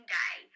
day